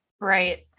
Right